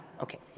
okay